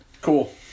Cool